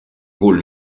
rôle